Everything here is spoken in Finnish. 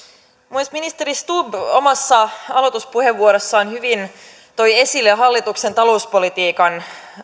myös ministeri stubb omassa aloituspuheenvuorossaan hyvin toi esille hallituksen talouspolitiikan